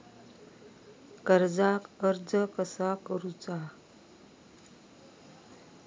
कर्जाक अर्ज कसा करुचा?